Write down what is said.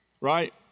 Right